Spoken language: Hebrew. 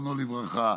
זיכרונו לברכה,